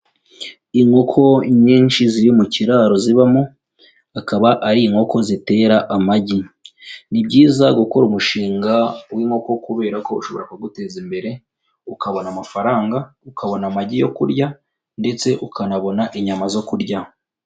Inkoko nyinshi ziri mu kiraro zibamo, akaba ari inkoko zitera amagi, ni byiza gukora umushinga w'inkoko kubera ko ushobora kuguteza imbere, ukabona amafaranga, ukabona amagi yo kurya ndetse ukanabona inyama zo kurya.